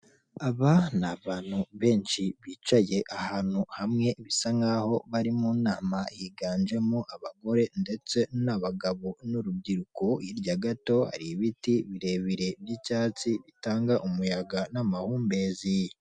Aba ni abantu benshi bicaye ahantu hamwe bisa nk'aho bari mu nama higanjemo abagore ndetse n'abagabo n'urubyiruko, hirya gato hari ibiti birebire by'icyatsi bitanga umu n'amahumbezi.